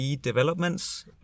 developments